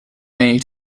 may